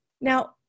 Now